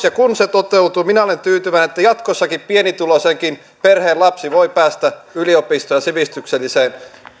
ja kun se toteutuu minä olen tyytyväinen että jatkossakin pienituloisenkin perheen lapsi voi päästä yliopistoon ja sivistykselliseen